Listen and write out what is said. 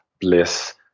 bliss